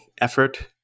effort